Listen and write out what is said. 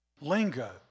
lingo